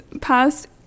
past